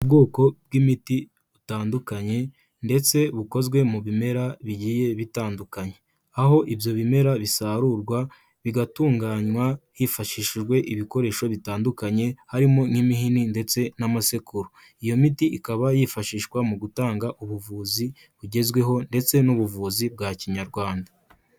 Ubwoko bw'imiti butandukanye ndetse bukozwe mu bimera bigiye bitandukanye. Aho ibyo bimera bisarurwa bigatunganywa hifashishijwe ibikoresho bitandukanye harimo nk'imihini ndetse n'amasekuru. Iyo miti ikaba yifashishwa mu gutanga ubuvuzi bugezweho ndetse n'ubuvuzi bwa Kinyarwanda.